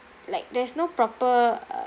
like there's no proper uh